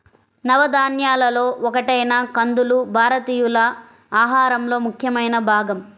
నవధాన్యాలలో ఒకటైన కందులు భారతీయుల ఆహారంలో ముఖ్యమైన భాగం